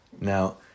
Now